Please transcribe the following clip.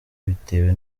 bitewe